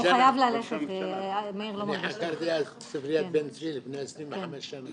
אני חקרתי אז את ספריית בן צבי לפני 25 שנה,